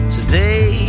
Today